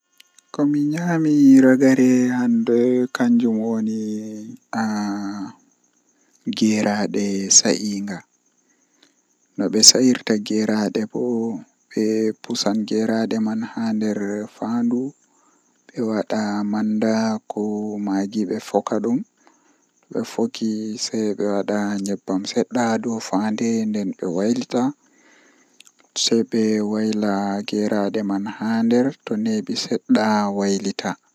Nikkinami mi jaba ceede dow awaddina am saahu feere ngam ceede do to awaddani am mi wawan mi naftira be ceede man mi sooda ko mi mari haaje malla mi sooda ko ayidi waddungo am man amma do awaddani am hunde feere doole mi naftira be man ko miyidi ko mi yida